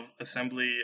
Assembly